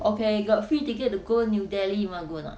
okay got free ticketto go new delhi yo want to go or not